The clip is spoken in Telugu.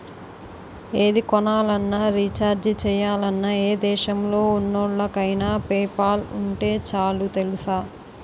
ఏది కొనాలన్నా, రీచార్జి చెయ్యాలన్నా, ఏ దేశంలో ఉన్నోళ్ళకైన పేపాల్ ఉంటే చాలు తెలుసా?